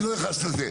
אני לא נכנס לזה.